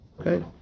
Okay